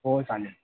हो चालेल